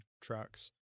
trucks